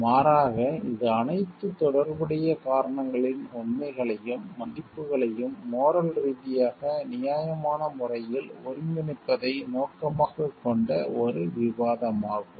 மாறாக இது அனைத்து தொடர்புடைய காரணங்களின் உண்மைகளையும் மதிப்புகளையும் மோரல் ரீதியாக நியாயமான முறையில் ஒருங்கிணைப்பதை நோக்கமாகக் கொண்ட ஒரு விவாதமாகும்